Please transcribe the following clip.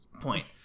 point